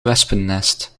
wespennest